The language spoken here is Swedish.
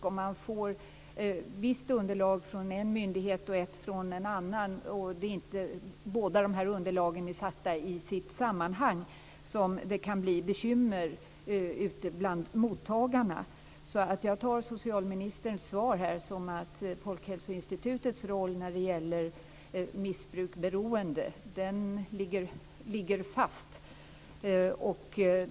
Om man får visst underlag från en myndighet och ett annat underlag från en annan och om dessa båda underlag inte är insatta i sitt sammanhang, är det risk för att det kan bli bekymmer bland mottagarna. Jag uppfattar socialministerns svar så att Folkhälsoinstitutets roll när det gäller missbruksberoende ligger fast.